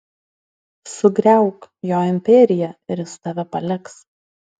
sugriauk jo imperiją ir jis tave paliks